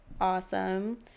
Awesome